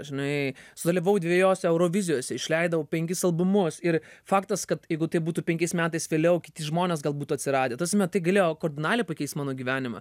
žinai sudalyvavau dviejose eurovizijose išleidau penkis albumus ir faktas kad jeigu tai būtų penkiais metais vėliau kiti žmonės gal būtų atsiradę ta prasme tai galėjo kardinaliai pakeist mano gyvenimą